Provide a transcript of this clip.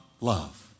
love